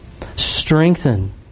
Strengthen